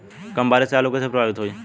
कम बारिस से आलू कइसे प्रभावित होयी?